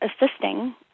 assisting